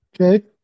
Okay